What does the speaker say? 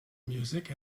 music